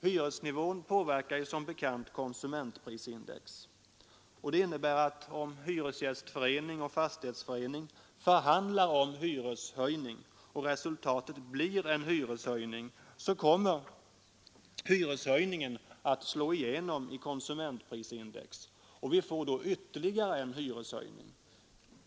Hyresnivån påverkar som bekant konsumentprisindex, och det innebär att om hyresgästförening och fastighetsförening förhandlar om hyreshöjning och resultatet blir en hyreshöjning, så kommer denna att slå igenom i konsumentprisindex, och vi får då ytterligare en hyreshöjning.